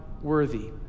worthy